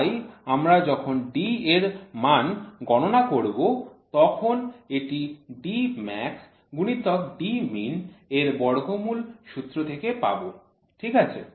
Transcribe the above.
তাই আমরা যখন D এরমান গণনা করব তখন এটি D max গুণিতক D min এর বর্গমূল সূত্র থেকে পাব ঠিক আছে